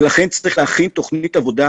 ולכן צריך להכין תוכנית עבודה.